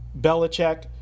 Belichick